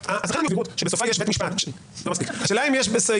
לכן אני אומר שהשאלה היא האם יש עילת